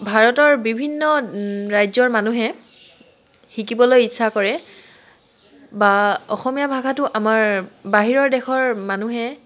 ভাৰতৰ বিভিন্ন ৰাজ্যৰ মানুহে শিকিবলৈ ইচ্ছা কৰে বা অসমীয়া ভাষাটো আমাৰ বাহিৰৰ দেশৰ মানুহে